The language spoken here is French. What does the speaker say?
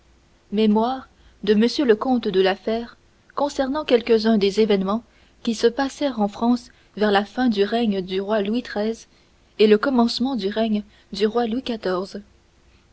mémoires de m le comte de la fère concernant quelques-uns des événements qui se passèrent en france vers la fin du règne du roi louis xiii et le commencement du règne du roi louis